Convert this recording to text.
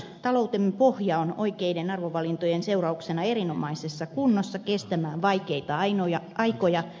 taloutemme pohja on oikeiden arvovalintojen seurauksena erinomaisessa kunnossa kestämään myös vaikeimpia aikoja